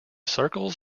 circles